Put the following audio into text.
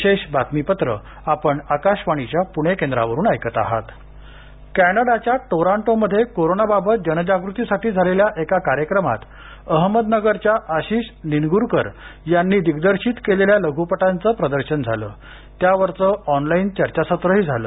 लघपट कॅनडाच्या टोरांटोमध्ये कोरोनाबाबत जनजागृतीसाठी झालेल्या एका कार्यक्रमात अहमदनगरच्या आशिष निनगुरकर यांनी दिग्दर्शित केलेल्या लघुपटांचं प्रदर्शन झालं त्यावरचं ऑनलाईन चर्चासत्रही झालं